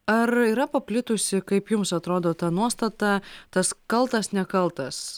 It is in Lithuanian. ar yra paplitusi kaip jums atrodo ta nuostata tas kaltas nekaltas